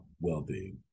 well-being